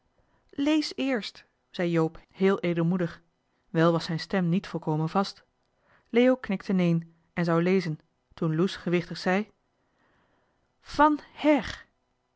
lees eerst zei joop heel edelmoedig wel was zijn stem niet volkomen vast leo knikte neen en zou lezen toen loes gewichtig zei van her